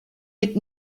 mit